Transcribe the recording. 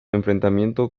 enfrentamiento